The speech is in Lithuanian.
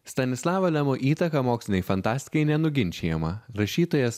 stanislavo lemo įtaka mokslinei fantastikai nenuginčijama rašytojas